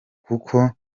kuko